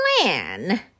plan